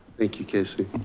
thank you kasey.